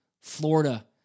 Florida